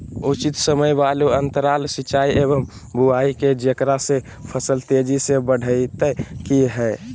उचित समय वाले अंतराल सिंचाई एवं बुआई के जेकरा से फसल तेजी से बढ़तै कि हेय?